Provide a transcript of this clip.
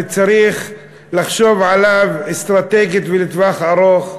וצריך לחשוב עליו אסטרטגית ולטווח ארוך,